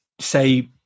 say